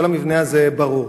כל המבנה הזה ברור.